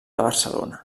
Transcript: barcelona